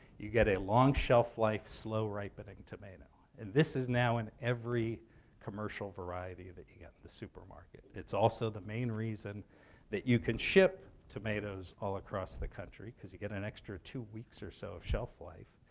you get a long shelf-life, slow-ripening tomato. and this is now in every commercial variety that you get at the supermarket. it's also the main reason that you can ship tomatoes all across the country because you get an extra two weeks or so of shelf life.